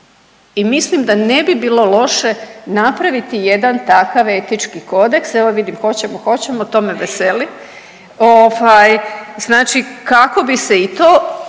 i mislim da ne bi bilo loše napraviti jedan takav etički kodeks, evo vidim hoćemo, hoćemo, to me veseli, ovaj znači kako bi se i to